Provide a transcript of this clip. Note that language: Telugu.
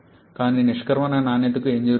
కానీ నిష్క్రమణ నాణ్యతకు ఏమి జరుగుతోంది